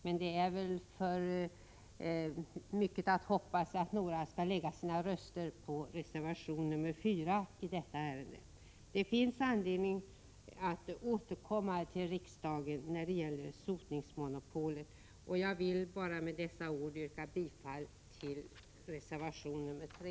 Men det är väl för mycket att hoppas att några socialdemokrater här i kammaren skall lägga sina röster för reservation 3 i detta ärende. Det finns anledning att återkomma till riksdagen då det gäller sotningsmonopolet, och jag vill bara med dessa ord yrka bifall till reservation 3.